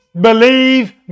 believe